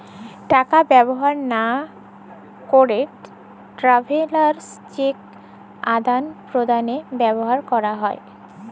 টাকা ব্যবহার লা ক্যেরে ট্রাভেলার্স চেক আদাল প্রদালে ব্যবহার ক্যেরে হ্যয়